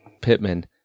Pittman